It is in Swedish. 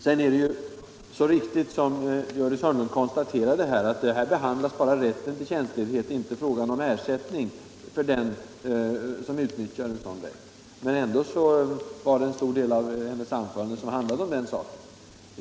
Det är riktigt, som Gördis Hörnlund konstaterade, att här behandlas bara rätten till tjänstledighet, inte frågan om ersättning för den som utnyttjar sådan rätt. Men ändå handlade en stor del av fru Hörnlunds anförande om den saken.